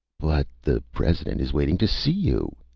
but the president is waiting to see you!